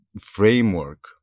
framework